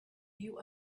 you